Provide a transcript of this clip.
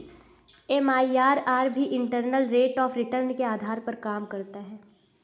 MIRR भी internal rate of return के आधार पर काम करता है